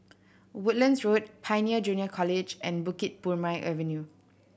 Woodlands Road Pioneer Junior College and Bukit Purmei Avenue